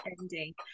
ending